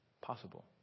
possible